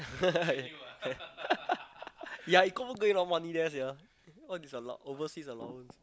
yeah you could earn a lot of money there sia all this allow~ overseas allowance